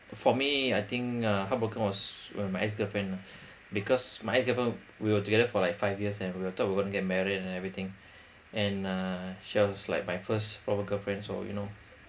for me I think uh heartbroken was when my ex girlfriend lah because my ex girlfriend we were together for like five years and we thought we're gonna get married and everything and uh she was like my first formal girlfriend so you know